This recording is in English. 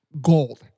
gold